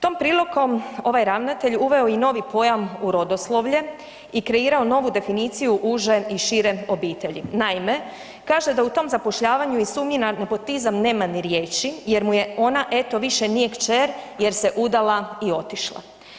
Tom prilikom ovaj ravnatelj uveo je i novi pojam urodoslovlje i kreirao novu definiciju uže i šire obitelji, naime, kaže da u tom zapošljavanju i sumnju na nepotizam nema ni riječi jer mu je ona eto više nije kćer jer se udala i otišla.